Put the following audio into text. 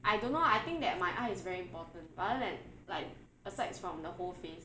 I don't know ah I think that my eye is very important rather than like asides from the whole face